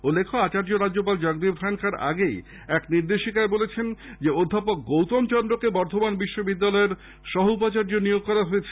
উল্লেখ্য আচার্য রাজ্যপাল জগদীপ ধনখড় এক নির্দেশিকায় জানান অধ্যাপক গৌতম চন্দ্রকে বর্ধমান বিশ্ববিদ্যালয়ের সহ উপাচার্য নিয়োগ করা হয়েছে